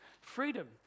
freedom